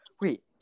wait